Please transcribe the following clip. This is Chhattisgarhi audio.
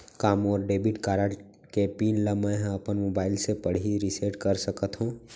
का मोर डेबिट कारड के पिन ल मैं ह अपन मोबाइल से पड़ही रिसेट कर सकत हो?